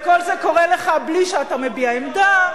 כמה אפשר, וכל זה קורה לך בלי שאתה מביע עמדה,